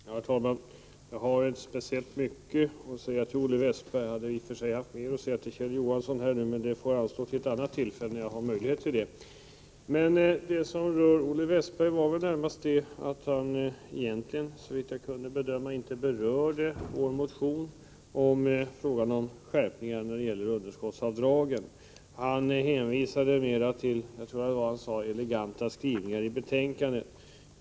Herr talman! Jag har inte speciellt mycket att säga till Olle Westberg. Jag hade i och för sig haft mer att säga till Kjell Johansson, men det får anstå till ett annat tillfälle när jag har möjlighet till det. Såvitt jag kunde bedöma, berörde Olle Westberg inte vår motion om skärpning när det gäller underskottsavdragen. Han hänvisade till, tror jag att han sade, eleganta skrivningar i betänkandet.